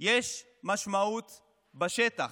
יש משמעות בשטח.